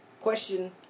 Question